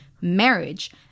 marriage